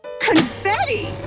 Confetti